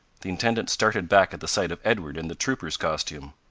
the intendant started back at the sight of edward in the trooper's costume.